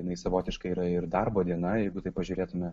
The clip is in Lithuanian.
jinai savotiškai yra ir darbo diena jeigu tai pažiūrėtume